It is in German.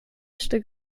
stück